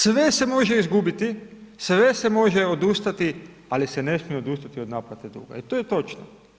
Sve se može izgubiti, sve se može odustati ali se ne smije odustati od naplate duga i to je točno.